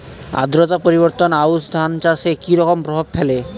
আদ্রতা পরিবর্তন আউশ ধান চাষে কি রকম প্রভাব ফেলে?